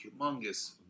humongous